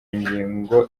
ngingo